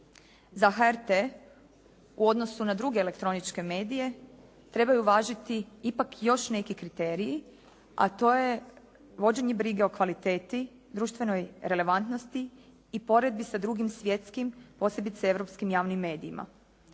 Za HRT u odnosu na druge elektroničke medije trebaju važiti ipak još neki kriteriji, a to je: vođenje brige o kvaliteti, društvenoj relevantnosti i poredbi sa drugim svjetskim posebice europskim javnim medijima.